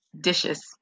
dishes